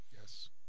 yes